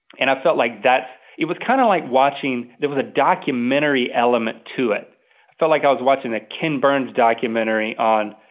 and i felt like that's, it was kind of like watching, there was a documentary element to it. it felt like i was watching a ken burns documentary on,